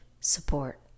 support